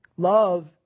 Love